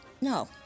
No